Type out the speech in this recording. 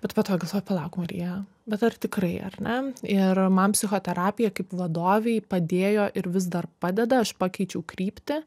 bet po to galvoju palauk marija bet ar tikrai ar ne ir man psichoterapija kaip vadovei padėjo ir vis dar padeda aš pakeičiau kryptį